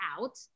out